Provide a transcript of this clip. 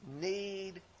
Need